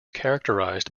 characterized